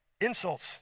insults